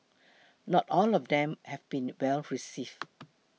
not all of them have been well received